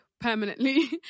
permanently